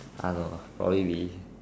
I don't know probably we